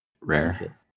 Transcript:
Rare